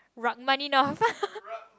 rug money north